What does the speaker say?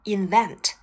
invent